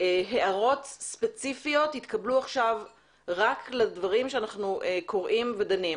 הערות ספציפיות יתקבלו עכשיו רק לדברים שאנחנו קוראים ודנים,